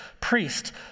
priest